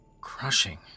crushing